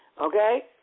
Okay